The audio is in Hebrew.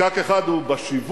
פקק אחד הוא בשיווק,